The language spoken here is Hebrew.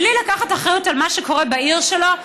בלי לקחת אחריות על מה שקורה בעיר שלו.